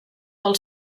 del